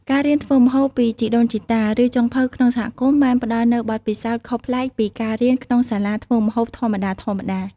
ការរៀនធ្វើម្ហូបពីជីដូនជីតា ឬចុងភៅក្នុងសហគមន៍បានផ្តល់នូវបទពិសោធន៍ខុសប្លែកពីការរៀនក្នុងសាលាធ្វើម្ហូបធម្មតាៗ។